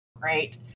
Great